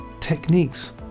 techniques